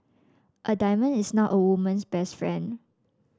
a diamond is not a woman's best friend